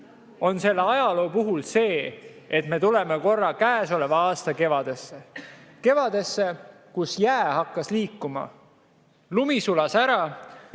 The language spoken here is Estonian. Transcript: on selle ajaloo puhul see, et me tuleme korra käesoleva aasta kevadesse. Kevadesse, kus jää hakkas liikuma, lumi sulas ära